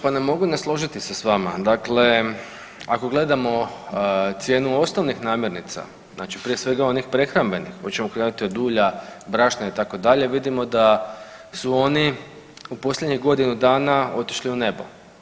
Pa ne mogu ne složiti se s vama, dakle ako gledamo cijenu osnovnih namirnica znači prije svega onih prehrambenih koje ćemo krenuti od ulja, brašna itd. vidimo da su oni u posljednjih godinu dana otišli u nebo.